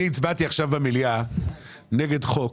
אני הצבעתי עכשיו במליאה נגד חוק